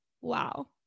wow